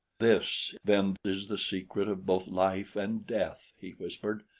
this then is the secret of both life and death, he whispered,